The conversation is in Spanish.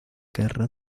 guerra